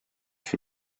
für